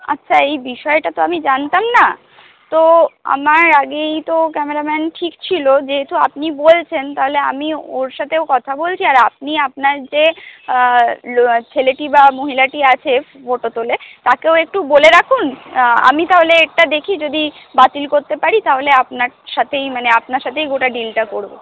আচ্ছা এই বিষয়টা তো আমি জানতাম না তো আমার আগেই তো ক্যামেরাম্যান ঠিক ছিল যেহেতু আপনি বলছেন তাহলে আমি ওর সাথেও কথা বলছি আর আপনি আপনার যে ছেলেটি বা মহিলাটি আছে ফটো তোলে তাকেও একটু বলে রাখুন আমি তাহলে এরটা দেখি যদি বাতিল করতে পারি তাহলে আপনার সাথেই মানে আপনার সাথেই গোটা ডিলটা করবো